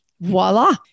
voila